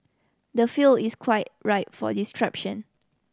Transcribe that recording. the field is quite ripe for disruption